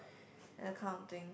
that kind of thing